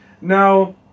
Now